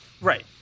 right